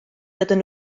dydyn